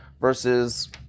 versus